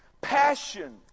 passion